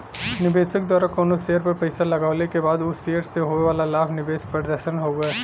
निवेशक द्वारा कउनो शेयर पर पैसा लगवले क बाद उ शेयर से होये वाला लाभ निवेश प्रदर्शन हउवे